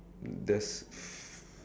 there's